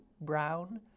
brown